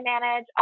manage